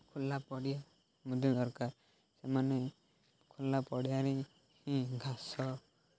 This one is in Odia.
ଖୋଲା ପଡ଼ିଆ ମଧ୍ୟ ଦରକାର ସେମାନେ ଖୋଲା ପଡ଼ିଆରେ ହିଁ ଘାସ